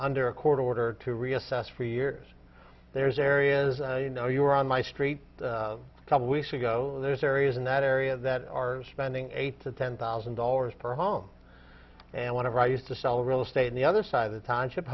under a court order to reassess for years there's areas you know you were on my street a couple weeks ago there's areas in that area that are spending eight to ten thousand dollars per home and want to write used to sell real estate and the other side of the timeship